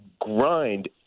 grind